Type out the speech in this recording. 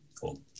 Cool